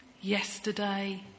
Yesterday